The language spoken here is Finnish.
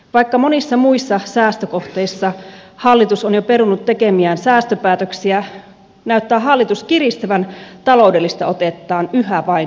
vaikka monissa muissa säästökohteissa hallitus on jo perunut tekemiään säästöpäätöksiä näyttää hallitus kiristävän taloudellista otettaan yhä vain kunnista